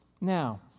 Now